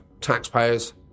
taxpayers